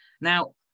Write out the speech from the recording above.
now